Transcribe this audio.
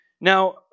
Now